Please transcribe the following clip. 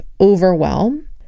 overwhelm